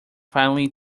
finely